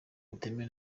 butemewe